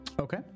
Okay